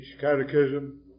catechism